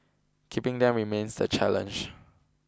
keeping them remains the challenge